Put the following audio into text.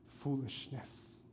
foolishness